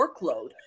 workload